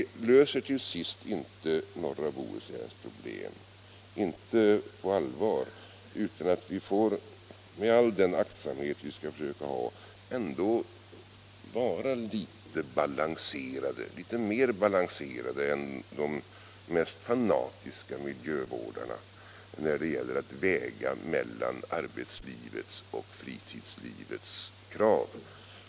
Jag vill till sist säga att jag inte tror att vi på allvar kan räkna med att kunna lösa norra Bohusläns problem om vi inte, med all den aktsamhet vi skall iaktta, försöker vara litet mer balanserade än de mest fanatiska miljövårdarna när det gäller att väga mellan arbetslivets och fritidslivets krav.